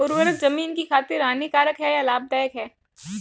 उर्वरक ज़मीन की खातिर हानिकारक है या लाभदायक है?